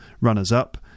runners-up